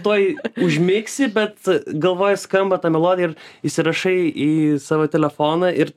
tuoj užmigsi bet galvoj skamba ta melodija ir įsirašai į savo telefoną ir